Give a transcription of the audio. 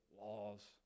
laws